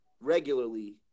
regularly